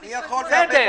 מי בעד ההסתייגות?